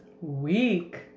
Week